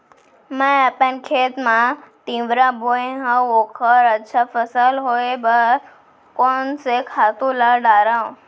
मैं अपन खेत मा तिंवरा बोये हव ओखर अच्छा फसल होये बर कोन से खातू ला डारव?